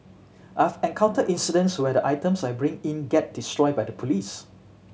I've encountered incidents where the items I bring in get destroyed by the police